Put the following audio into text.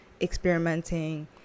experimenting